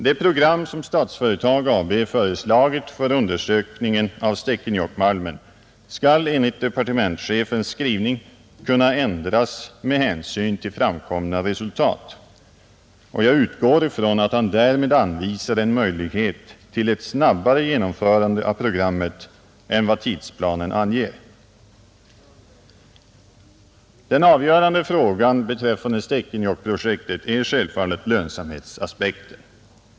Det program som Statsföretag AB föreslagit för undersökningen av Stekenjokkmalmen skall enligt departementschefens skrivning kunna ändras med hänsyn till framkomna resultat. Jag utgår ifrån att han därmed anvisar en möjlighet till snabbare genomförande av programmet än vad tidsplanen anger. Den avgörande frågan beträffande Stekenjokkprojektet är självfallet lönsamhetsaspekten.